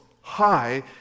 High